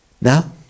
Now